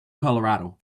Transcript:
colorado